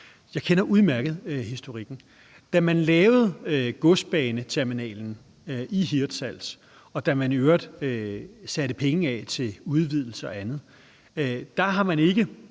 Jeg kender udmærket historikken. Da man lavede godsbaneterminalen i Hirtshals, og da man i øvrigt satte penge af til udvidelse og andet, har man ikke